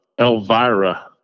Elvira